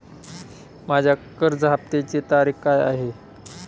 माझ्या कर्ज हफ्त्याची तारीख काय आहे?